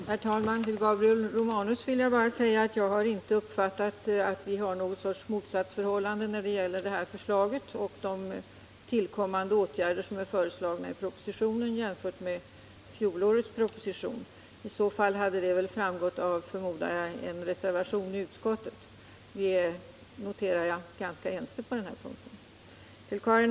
Herr talman! Till Gabriel Romanus vill jag bara säga att jag inte har uppfattat det så att det råder något motsatsförhållande när det gäller detta förslag och de tillkommande åtgärder som är föreslagna i propositionen jämfört med fjolårets proposition. Jag förmodar att det i så fall hade framgått av en reservation till utskottsbetänkandet. Vi är alltså ganska ense på denna punkt.